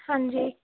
ਹਾਂਜੀ